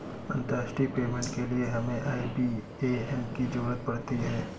अंतर्राष्ट्रीय पेमेंट के लिए हमें आई.बी.ए.एन की ज़रूरत पड़ती है